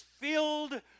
filled